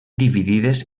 dividides